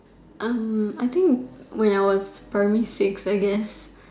Er I think when I was primary six I guess